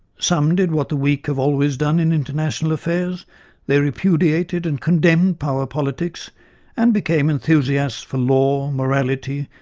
some did what the weak have always done in international affairs they repudiated and condemned power politics and became enthusiasts for law, morality,